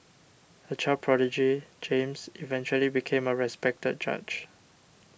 a child prodigy James eventually became a respected judge